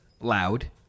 loud